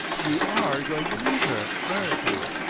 you are going to meet her, aren't you?